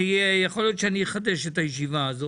יכול להיות שאני אחדש את הישיבה הזאת,